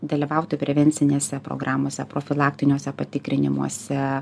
dalyvauti prevencinėse programose profilaktiniuose patikrinimuose